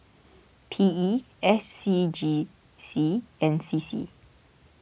P E S C G C and C C